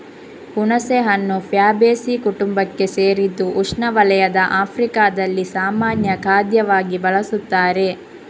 ಹುಣಸೆಹಣ್ಣು ಫ್ಯಾಬೇಸೀ ಕುಟುಂಬಕ್ಕೆ ಸೇರಿದ್ದು ಉಷ್ಣವಲಯದ ಆಫ್ರಿಕಾದಲ್ಲಿ ಸಾಮಾನ್ಯ ಖಾದ್ಯವಾಗಿ ಬಳಸುತ್ತಾರೆ